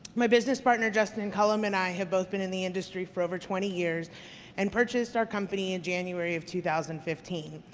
my business partner, justin and cullum, and i have both been in the industry for over twenty years and purchased our company in january of two thousand and fifteen.